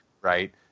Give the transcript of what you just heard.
right –